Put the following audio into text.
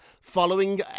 following